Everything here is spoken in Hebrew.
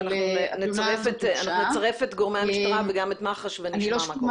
תכף אנחנו נצרף את גורמי המשטרה וגם את מח"ש ונשמע מה קורה.